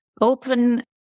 open